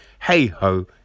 hey-ho